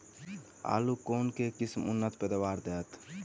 आलु केँ के किसिम उन्नत पैदावार देत?